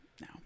No